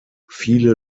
viele